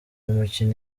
umukino